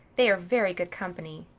they are very good company.